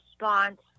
response